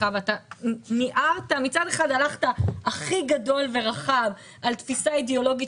מצד אחד הלכת הכי גדול ורחב על תפיסה אידיאולוגית